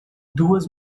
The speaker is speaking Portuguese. duas